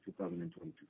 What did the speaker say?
2022